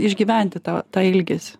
išgyventi tą tą ilgesį